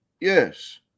Yes